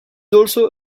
also